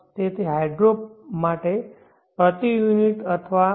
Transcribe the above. તેથી હાઇડ્રો માટે પ્રતિ યુનિટ અથવા રૂ